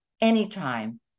anytime